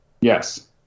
Yes